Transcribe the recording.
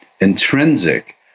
intrinsic